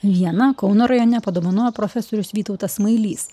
vieną kauno rajone padovanojo profesorius vytautas smailys